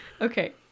Okay